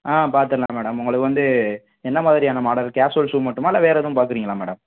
பார்த்துருலாம் madam உங்களுக்கு வந்து என்ன மாதிரியான மாடல் கேஷுவல் ஷூ மட்டுமா இல்லை வேறு எதுவும் பார்க்குறீங்களா மேடம்